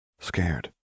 scared